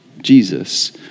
Jesus